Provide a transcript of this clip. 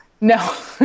No